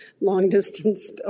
long-distance